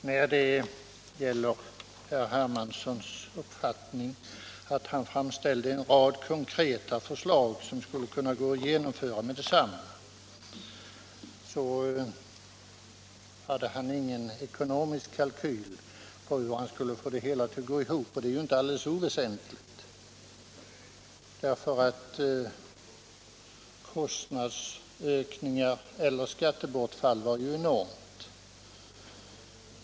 Herr talman! Herr Hermansson ansåg att han framställde en rad konkreta förslag, som skulle kunna genomföras med detsamma, men han hade ingen ekonomisk kalkyl för hur han skulle få det hela att gå ihop — och det är inte alldeles oväsentligt, för kostnadsökningarna och skattebortfallet var ju enorma.